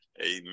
Amen